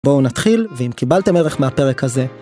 בואו נתחיל, ואם קיבלתם ערך מהפרק הזה...